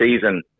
season